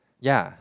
ya